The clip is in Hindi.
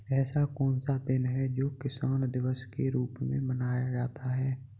ऐसा कौन सा दिन है जो किसान दिवस के रूप में मनाया जाता है?